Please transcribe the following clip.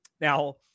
now